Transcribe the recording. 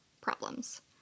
problems